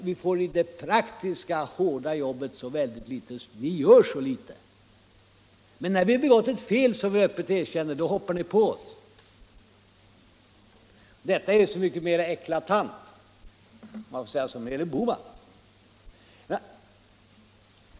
I fråga om det praktiska, hårda jobbet gör ni så litet, men när vi har begått ett fel, som vi öppet erkänner, då hoppar ni på oss. Detta är så mycket mer eklatant, om jag får säga så, när det gäller herr Bohman.